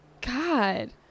God